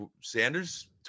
Sanders